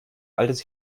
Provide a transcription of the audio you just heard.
altes